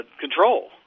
control